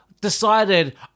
Decided